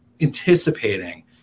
anticipating